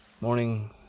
Morning